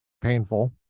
painful